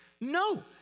No